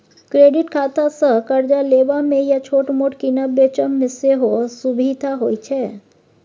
credit खातासँ करजा लेबा मे या छोट मोट कीनब बेचब मे सेहो सुभिता होइ छै